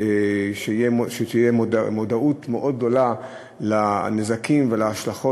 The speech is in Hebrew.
שתהיה מודעות מאוד גדולה לנזקים ולהשלכות